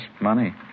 Money